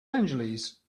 angeles